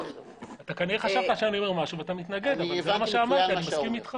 אתה כנראה חשבת שאני אומר משהו ואתה מתנגד אבל אני מסכים איתך.